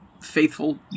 Faithful